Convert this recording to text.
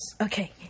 Okay